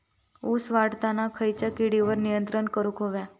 ऊस वाढताना खयच्या किडींवर नियंत्रण करुक व्हया?